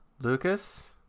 Lucas